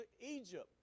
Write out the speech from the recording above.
Egypt